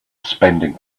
spending